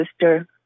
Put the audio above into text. sister